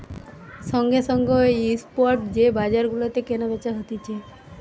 সঙ্গে সঙ্গে ও স্পট যে বাজার গুলাতে কেনা বেচা হতিছে